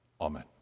Amen